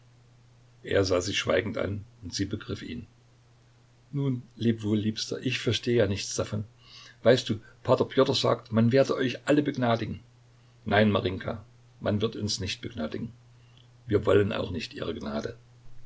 er sah sie schweigend an und sie begriff ihn nun leb wohl liebster ich verstehe ja nichts davon weißt du p pjotr sagt man werde euch alle begnadigen nein marinjka man wird uns nicht begnadigen wir wollen auch nicht ihre gnade